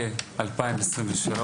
אנחנו נמצאים ביום שלישי כ"ג שבט 14.2.2023,